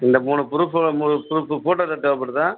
இந்த மூணு ப்ரூஃப்பு மூணு ப்ரூஃப்பு ஃபோட்டோ எதாவது தேவைப்படுதா